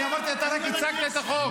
אמרתי שאתה רק הצגת את החוק.